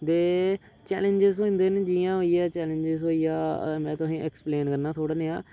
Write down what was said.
ते चैलेंजस होंदे न जियां होई गे चैलेंजस होई गेआ में तोहें गी ऐक्सप्लेन करना थोह्ड़ा नेहा